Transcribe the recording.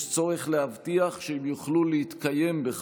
יש צורך להבטיח שהם יוכלו להתקיים בכבוד,